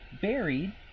buried